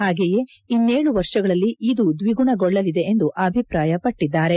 ಹಾಗೆಯೇ ಇನ್ನೇಳು ವರ್ಷಗಳಲ್ಲಿ ಇದು ದ್ವಿಗುಣಗೊಳ್ಳಲಿದೆ ಎಂದು ಅಭಿಪ್ರಾಯಪಟ್ಟಿದ್ದಾರೆ